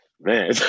Man